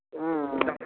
ಹ್ಞೂ